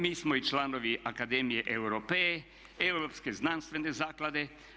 Mi smo i članovi Akademije Europe, Europske znanstvene zaklade.